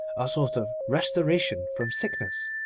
a sort of restoration from sickness.